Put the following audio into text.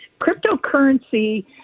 Cryptocurrency